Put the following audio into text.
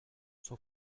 son